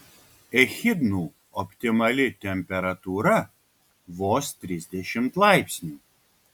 echidnų optimali temperatūra vos trisdešimt laipsnių